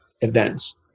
events